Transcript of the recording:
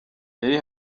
yari